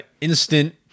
instant